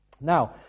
Now